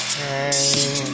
time